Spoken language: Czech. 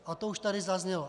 A to už tady zaznělo.